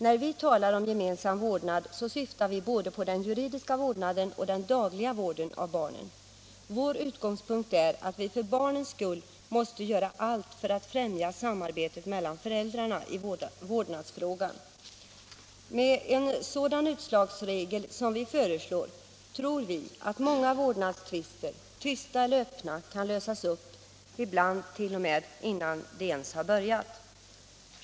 När vi talar om gemensam vårdnad syftar vi både på den juridiska vårdnaden och på den lagliga vården av barnen. Vår utgångspunkt är således att vi för barnens skull måste göra allt för att främja samarbetet mellan föräldrarna i vårdnadsfrågan. Med en sådan utslagsregel som vi föreslår tror vi att många vårdnadstvister, tysta eller öppna, kan lösas upp — ibland t.o.m. innan de ens börjat.